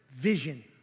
Vision